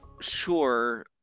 sure